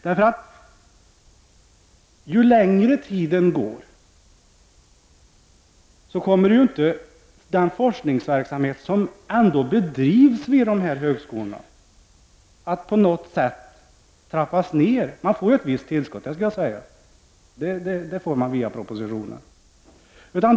Medan tiden går så kommer inte den forskningsverksamhet som ändå bedrivs vid dessa högskolor att på något sätt trappas ner. Man har fått ett visst tillskott, det skall jag säga, via propositionen.